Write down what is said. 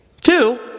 two